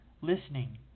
Listening